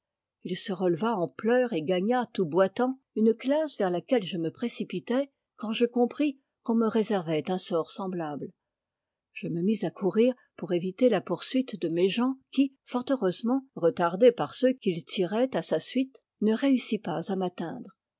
il se releva en pleurs et gagna tout boitant une classe vers laquelle je me précipitais quand je compris qu'on me réservait un sort semblable je me mis àcourir pour éviter la poursuite de méjean qui fort heureusement retardé par ceux qu'il tirait à sa suite ne réussit pas à m'atteindre